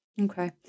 okay